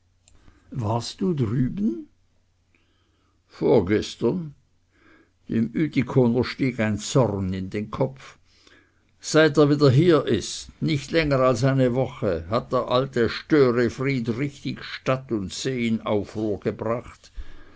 warst du drüben vorgestern dem ütikoner stieg ein zorn in den kopf seit er wieder hier ist nicht länger als eine woche hat der alte störefried richtig stadt und see in aufruhr gebracht